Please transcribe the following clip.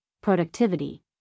Productivity